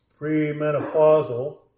premenopausal